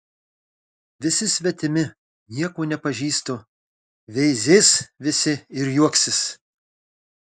visi svetimi nieko nepažįstu veizės visi ir juoksis